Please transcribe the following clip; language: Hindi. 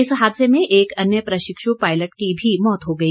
इस हादसे में एक अन्य प्रशिक्षु पायलट की भी मौत हो गई